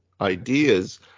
ideas